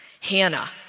Hannah